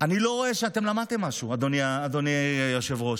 אני לא רואה שאתם למדתם משהו, אדוני היושב-ראש.